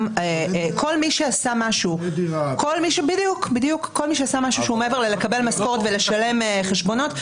כל מי שעשה משהו שהוא מעבר לקבלת משכורת ושילום חשבונות.